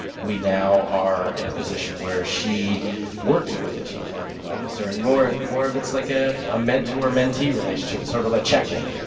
we now are in a position where she works with the chief marketing officer and more more of its like ah a mentor mentee relationship. sort of a check in